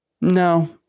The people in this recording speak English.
No